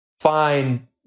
fine